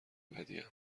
بدیم